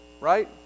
Right